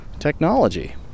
technology